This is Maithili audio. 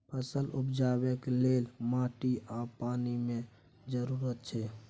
फसल उपजेबाक लेल माटि आ पानि मेन जरुरत छै